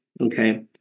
Okay